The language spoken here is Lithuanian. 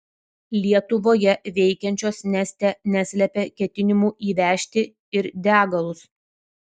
lietuvoje veikiančios neste neslepia ketinimų įvežti ir degalus